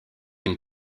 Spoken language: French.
une